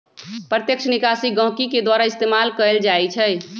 प्रत्यक्ष निकासी गहकी के द्वारा इस्तेमाल कएल जाई छई